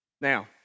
Now